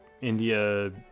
India